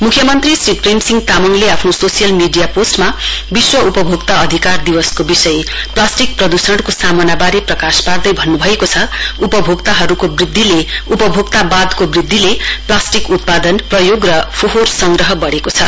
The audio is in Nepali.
मुख्यमन्त्री श्री प्रेमसिंह तामाङले आफ्नो सोसियल मीडिया पोस्टमा विश्व उपभोक्ता अधिकार दिवसको विषय प्लास्टिक प्रदूषणको सामना वारे प्रकाश पार्दै भन्नुभएको छ उपभोक्तावादको वृद्धिले प्लास्टिक उत्पादनप्रयोग र फोहोर संग्रह बढ़ेको छ